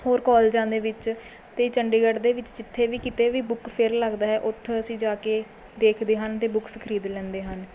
ਹੋਰ ਕਾਲਜਾਂ ਦੇ ਵਿੱਚ ਅਤੇ ਚੰਡੀਗੜ੍ਹ ਦੇ ਵਿੱਚ ਜਿੱਥੇ ਵੀ ਕਿਤੇ ਵੀ ਬੁੱਕ ਫੇਅਰ ਲੱਗਦਾ ਹੈ ਉਥੋਂ ਅਸੀਂ ਜਾ ਕੇ ਦੇਖਦੇ ਹਨ ਅਤੇ ਬੁੱਕਸ ਖਰੀਦ ਲੈਂਦੇ ਹਨ